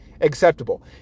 acceptable